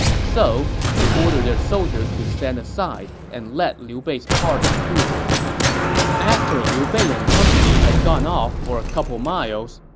so they ordered their soldiers to stand aside and let liu bei's party through after liu bei and company had gone off for a couple miles,